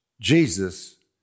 Jesus